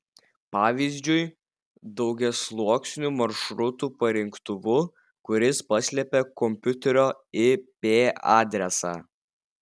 pavyzdžiui daugiasluoksniu maršrutų parinktuvu kuris paslepia kompiuterio ip adresą